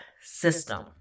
system